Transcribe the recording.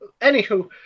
Anywho